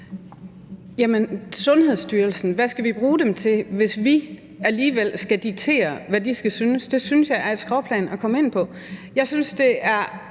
Sundhedsstyrelsen: Hvad skal vi bruge dem til, hvis vi alligevel skal diktere, hvad de skal synes? Det synes jeg er et skråplan at komme ind på. Jeg synes, det er